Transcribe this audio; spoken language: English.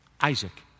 Isaac